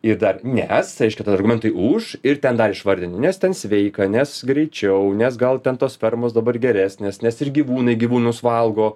ir dar nes reiškia tada argumentai už ir ten dar išvardinti nes ten sveika nes greičiau nes gal ten tos fermos dabar geresnės nes ir gyvūnai gyvūnus valgo